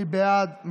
מי בעד?